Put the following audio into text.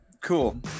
cool